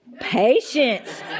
Patience